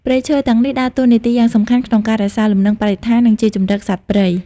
ព្រៃឈើទាំងនេះដើរតួនាទីយ៉ាងសំខាន់ក្នុងការរក្សាលំនឹងបរិស្ថាន និងជាជម្រកសត្វព្រៃ។